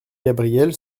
gabrielle